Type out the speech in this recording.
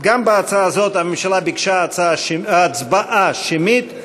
גם בהצעה הזאת הממשלה ביקשה הצבעה שמית.